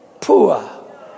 poor